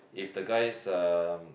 if the guys uh